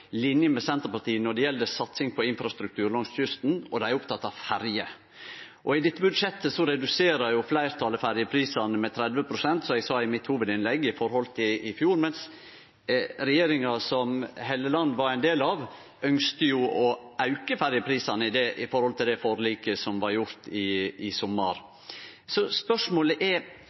linje med Senterpartiet når det gjeld satsing på infrastruktur langs kysten, og dei er opptekne av ferje. I dette budsjettet reduserer fleirtalet ferjeprisane med 30 pst. i forhold til i fjor, som eg sa i mitt hovudinnlegg, mens regjeringa som Helleland var ein del av, ønskte å auke ferjeprisane i det forliket som blei gjort i sommar. Spørsmålet er: